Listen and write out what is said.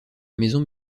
maison